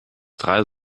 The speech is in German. drei